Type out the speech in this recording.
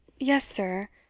yes, sir,